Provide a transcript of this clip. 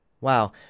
Wow